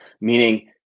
meaning